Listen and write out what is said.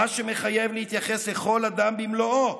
מה שמחייב להתייחס לכל אדם במלואו